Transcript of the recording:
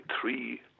three